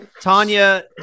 Tanya